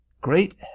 Great